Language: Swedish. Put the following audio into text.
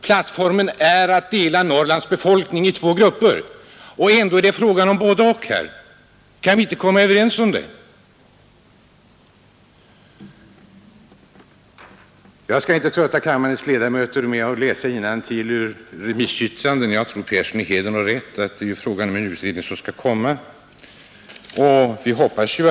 Plattformen blev att dela Norrlands befolkning i två grupper. Och ändå är det här fråga om både—och. Kan vi inte komma överens om det? Jag skall inte trötta kammarens ledamöter med att läsa innantill ur remissyttranden. Jag tror att herr Persson i Heden har rätt när han säger att det är fråga om en utredning som skall komma. Vi hoppas det.